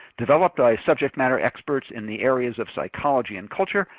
developed by subject matter experts in the areas of psychology and culture,